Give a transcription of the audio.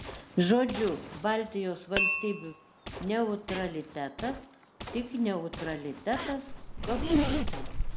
žodžiu baltijos valstybių neutralitetas tik neutralitetas kabutėse